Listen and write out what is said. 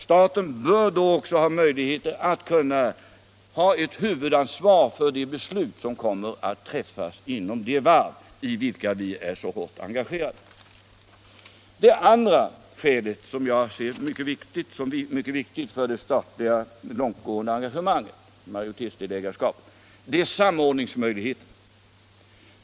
Staten bör då också kunna ta ett huvudansvar för de beslut som kommer att träffas inom de varv i vilka vi är så hårt engagerade. Det andra skälet som jag ser som mycket viktigt för det statliga långt gående engagemanget — majoritetsdelägarskapet — är samordningsmöjligheterna.